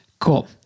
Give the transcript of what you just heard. Cool